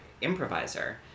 improviser